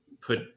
put